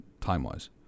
time-wise